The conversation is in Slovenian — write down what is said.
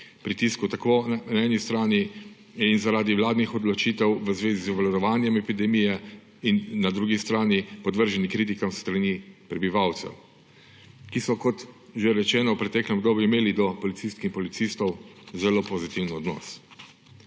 pritisku na eni strani zaradi vladnih odločitev v zvezi z obvladovanjem epidemije in na drugi strani podvrženim kritikam s strani prebivalcev, ki so, kot že rečeno, v preteklem obdobju imeli do policistk in policistov zelo pozitiven odnos.